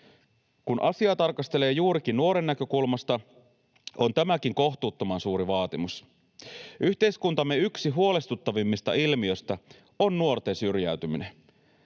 Kun asiaa tarkastelee juurikin nuoren näkökulmasta, on tämäkin kohtuuttoman suuri vaatimus. Yhteiskuntamme yksi huolestuttavimmista ilmiöistä on nuorten syrjäytyminen.